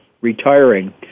retiring